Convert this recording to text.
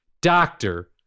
Doctor